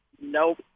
nope